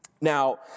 Now